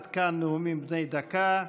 עד כאן נאומים בני דקה.